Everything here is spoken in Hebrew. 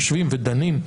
יושבים ודנים,